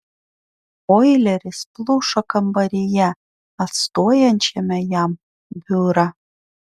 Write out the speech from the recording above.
oileris pluša kambaryje atstojančiame jam biurą